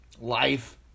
Life